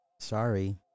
Sorry